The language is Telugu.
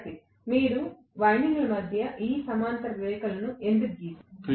విద్యార్థి మీరు వైండింగ్ల మధ్య ఈ రెండు సమాంతర రేఖలను ఎందుకు గీసారు